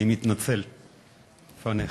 אני מתנצל בפניך.